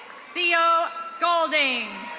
sio golding.